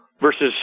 versus